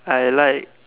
I like